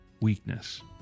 weakness